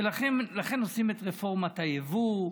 ולכן עושים את רפורמת היבוא,